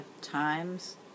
times